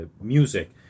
music